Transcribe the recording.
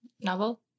novel